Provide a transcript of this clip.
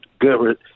good